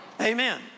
Amen